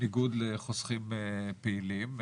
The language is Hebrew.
בניגוד לחוסכים פעילים.